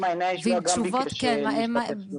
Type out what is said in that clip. מעייני הישועה גם ביקש להשתתף בפגישה.